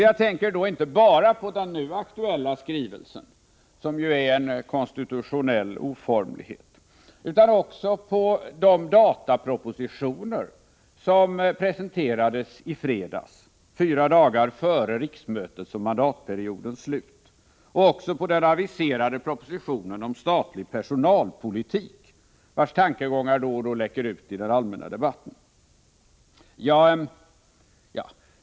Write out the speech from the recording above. Jag tänker då inte bara på den nu aktuella skrivelsen — som ju är en konstitutionell oformlighet — utan också på de datapropositioner som presenterades i fredags, fyra dagar före riksmötets slut, och även på den aviserade propositionen om statlig personalpolitik, vars tankegångar då och då läcker ut i den allmänna debatten.